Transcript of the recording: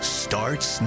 starts